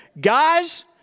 guys